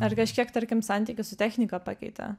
ar kažkiek tarkim santykis su technika pakeitė